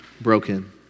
broken